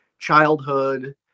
childhood